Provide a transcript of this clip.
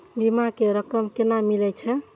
बीमा के रकम केना मिले छै?